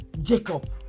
Jacob